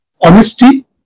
honesty